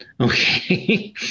Okay